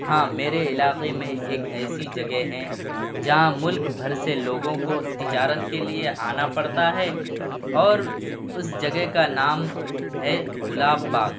ہاں میرے علاقہ میں ایک ایسی جگہ ہے جہاں ملک بھر سے لوگوں کو تجارت کے لیے آنا پڑتا ہے اور اس جگہ کا نام ہے گلاب باغ